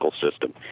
system